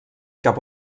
cap